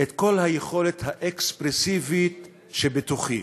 את כל היכולת האקספרסיבית שבתוכי,